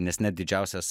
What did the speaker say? nes net didžiausias